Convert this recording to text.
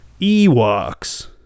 Ewoks